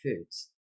foods